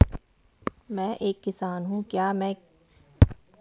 मैं एक किसान हूँ क्या मैं के.सी.सी के लिए पात्र हूँ इसको कैसे आवेदन कर सकता हूँ?